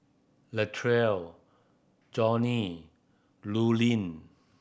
Latrell Johny Lurline